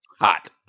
Hot